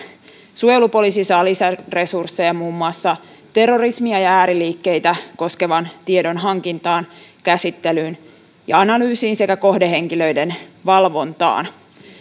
suojelupoliisi saa lisäresursseja muun muassa terrorismia ja ääriliikkeitä koskevan tiedon hankintaan käsittelyyn ja analyysiin sekä kohdehenkilöiden valvontaan